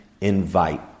invite